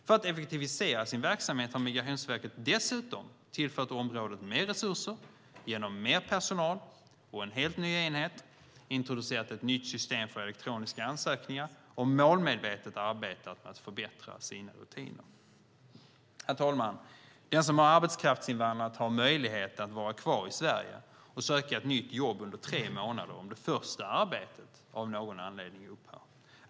För att effektivisera sin verksamhet har Migrationsverket dessutom tillfört området mer resurser genom mer personal och en helt ny enhet, introducerat ett nytt system för elektroniska ansökningar och målmedvetet arbetat för att förbättra sina rutiner. Herr talman! Den som har arbetskraftsinvandrat har möjlighet att vara kvar i Sverige och söka nytt jobb under tre månader om det första arbetet av någon anledning upphör.